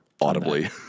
audibly